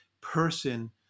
person